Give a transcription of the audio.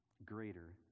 greater